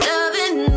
Loving